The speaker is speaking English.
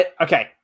Okay